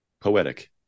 poetic